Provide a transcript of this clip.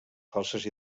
falses